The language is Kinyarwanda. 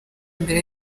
mbere